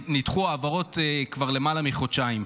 כבר למעלה מחודשיים.